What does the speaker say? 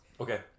Okay